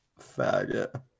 faggot